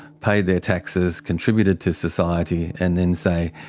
paid their taxes, contributed to society, and then say,